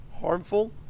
harmful